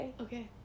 Okay